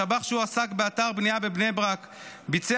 שב"ח שהועסק באתר בנייה בבני ברק ביצע